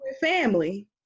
Family